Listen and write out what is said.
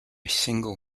single